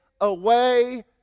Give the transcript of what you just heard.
away